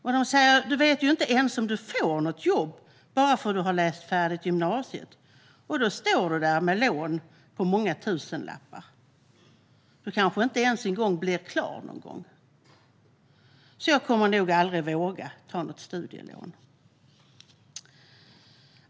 De säger: Du vet ju inte ens om du får något jobb bara för att du läst färdigt gymnasiet, och då står du där med ett lån på många tusenlappar. Du kanske inte ens blir klar. Så jag kommer nog aldrig att våga ta något studielån, sa hon.